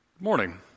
Morning